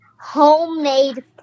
homemade